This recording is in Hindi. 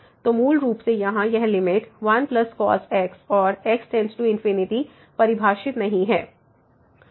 तो मूल रूप से यहां यह लिमिट 1cos x और x→∞ परिभाषित नहीं है